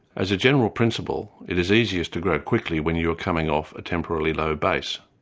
as a general principle it is easiest to grow quickly when you're coming off a temporarily low base.